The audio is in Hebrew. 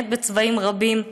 הצבעים רבים,